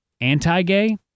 anti-gay